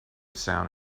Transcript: sound